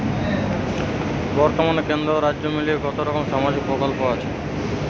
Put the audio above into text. বতর্মানে কেন্দ্র ও রাজ্য মিলিয়ে কতরকম সামাজিক প্রকল্প আছে?